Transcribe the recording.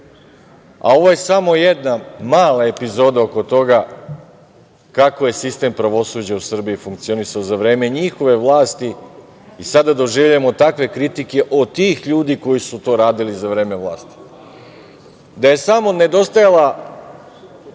a ovo je samo jedna mala epizoda oko toga kako je sistem pravosuđa u Srbiji funkcionisao za vreme njihove vlasti i sada doživljavamo takve kritike od tih ljudi koji su to radili za vreme vlasti. Da je samo nedostajalo